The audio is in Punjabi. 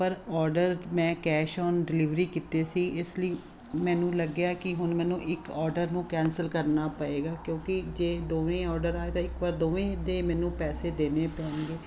ਪਰ ਓਡਰ ਮੈਂ ਕੈਸ਼ ਔਨ ਡਿਲੀਵਰੀ ਕੀਤੇ ਸੀ ਇਸ ਲਈ ਮੈਨੂੰ ਲੱਗਿਆ ਕਿ ਹੁਣ ਮੈਨੂੰ ਇੱਕ ਓਡਰ ਨੂੰ ਕੈਂਸਲ ਕਰਨਾ ਪਏਗਾ ਕਿਉਂਕਿ ਜੇ ਦੋਵੇਂ ਓਡਰ ਆਏ ਤਾਂ ਇੱਕ ਵਾਰ ਦੋਵਾਂ ਦੇ ਮੈਨੂੰ ਪੈਸੇ ਦੇਣੇ ਪੈਣਗੇ